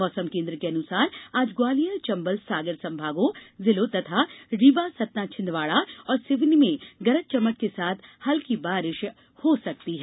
मौसम केंद्र के अनुसार आज ग्वालियर चंबल सागर संभागों जिलों तथा रीवा सतना छिंदवाडा और सिवनी गरज चमक के साथ हल्की बारिश हो सकती है